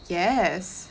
yes